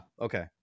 okay